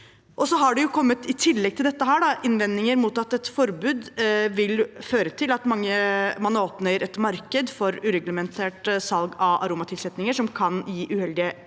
I tillegg til dette har det kommet innvendinger om at et forbud vil føre til at man åpner et marked for ureglementert salg av aromatilsetninger som kan gi uheldige skadevirkninger,